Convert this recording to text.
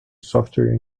software